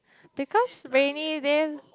because rainy days